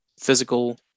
physical